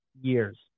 years